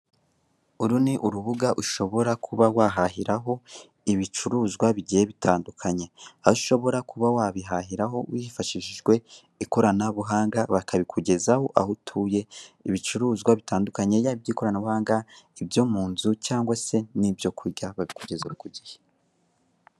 Uru ni urubuga ushobora kuba wahahiraho ibicuruzwa bigiye bitandukanye, aho ushobora kuba wabihahiraho wifashishijwe ikoranabuhanga bakabikugezaho aho utuye ibicuruzwa bitandukanye yaba iby'ikoranabuhanga, ibyo mu nzu cyanga se n'ibyo kurya babikugezaho ku gihe.